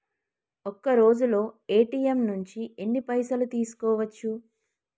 ఒక్కరోజులో ఏ.టి.ఎమ్ నుంచి ఎన్ని పైసలు తీసుకోవచ్చు?